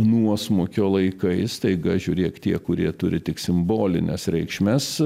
nuosmukio laikais staiga žiūrėk tie kurie turi tik simbolines reikšmes